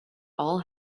all